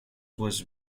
was